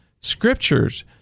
scriptures